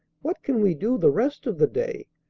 what can we do the rest of the day?